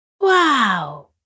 Wow